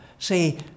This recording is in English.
Say